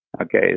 Okay